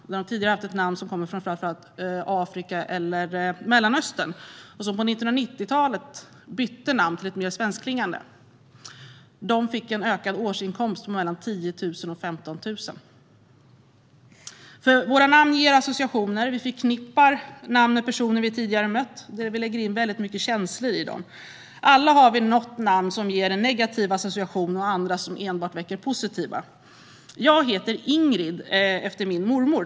Tidigare har de haft ett namn som kommer från framför allt Afrika eller Mellanöstern. På 1990-talet bytte de till namn som var mer svenskklingande. Dessa människor fick en ökad årsinkomst på mellan 10 000 och 15 000 kronor. Våra namn ger associationer. Vi förknippar namn med personer som vi tidigare har mött. Vi lägger in mycket känslor i dem. För alla finns det något namn som ger en negativ association och andra som väcker enbart positiva associationer. Jag heter Ingrid efter min mormor.